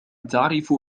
تعرف